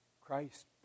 Christ